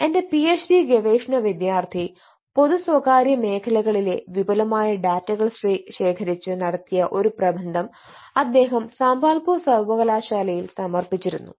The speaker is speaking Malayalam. എന്റെ പിഎച്ച്ഡി ഗവേഷണ വിദ്യാർത്ഥി പൊതു സ്വകാര്യ മേഖലകളിലെ വിപുലമായ ഡാറ്റകൾ ശേഖരിച്ച് നടത്തിയ ഒരു പ്രബന്ധം അദ്ദേഹം സാംബാൽപൂർ സർവകലാശാലയിൽ സമർപ്പിച്ചിരുന്നു